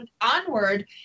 onward